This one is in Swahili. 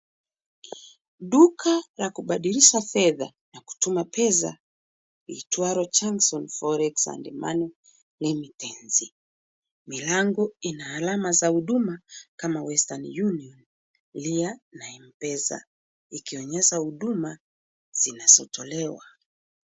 Duka la kubadilisha fedha na kutuma pesa liitwalo Junction Forex and money Remittence. Milango ina alama za huduma kama Western Union, Ria na M-Pesa ikionyesha huduma zinazotolewa.